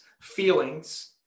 feelings